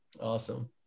Awesome